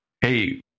hey